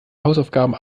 hausaufgaben